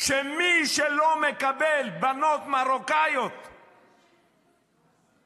שמי שלא מקבל בנות מרוקאיות למדרשיות,